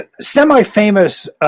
semi-famous